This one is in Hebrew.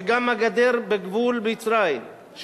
שגם הגדר בגבול מצרים,